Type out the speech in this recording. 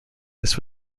this